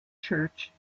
church